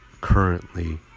currently